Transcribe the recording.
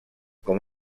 com